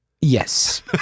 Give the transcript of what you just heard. Yes